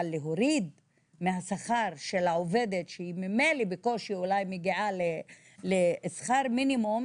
אבל להוריד מהשכר של העובדת שהיא ממילא אולי מגיעה לשכר מינימום,